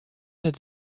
had